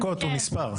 במשווקות הוא נספר.